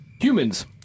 Humans